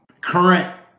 current